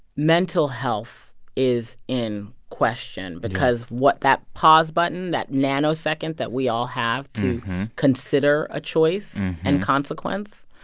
mental health is in question because what that pause button, that nanosecond that we all have to consider a choice and consequence,